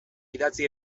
idatzi